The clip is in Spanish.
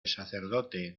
sacerdote